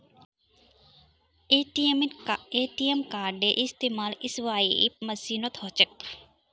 ATM कार्डेर इस्तमाल swipe मशीनत ह छेक